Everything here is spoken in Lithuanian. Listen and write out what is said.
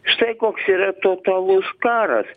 štai koks yra totalus karas